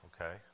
okay